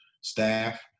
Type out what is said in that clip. staff